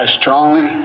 strongly